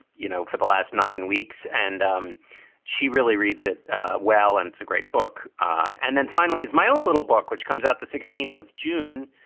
you know, for the last nine weeks. and um she really reads it well. and it's a great book. and then finally, as my own little book, which comes out the sixteenth of june,